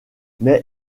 mais